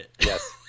Yes